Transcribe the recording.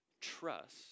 trust